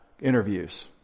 interviews